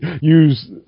use